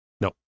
No